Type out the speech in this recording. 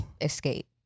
escape